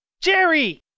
Jerry